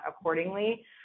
accordingly